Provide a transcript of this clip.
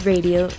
Radio